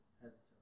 hesitant